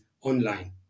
online